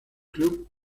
club